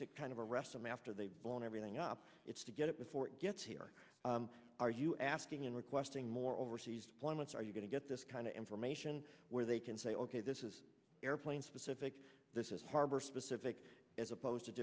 to kind of arrest him after they've blown everything up it's to get it before it gets here are you asking and requesting more overseas one wants are you going to get this kind of information where they can say ok this is airplane specific this is harbor specific as opposed to